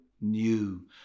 new